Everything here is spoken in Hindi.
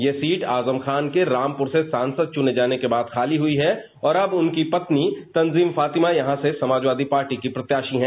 यह सीट आजम खान के रामपुर से सांसद चुने जाने के बाद खाली हुई है और अब उनकी पत्नी तंजीम फातिया यहां से समाजवादी पार्टी की प्रत्याशी हैं